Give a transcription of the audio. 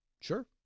Sure